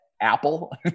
apple